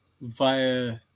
via